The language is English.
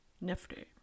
nifty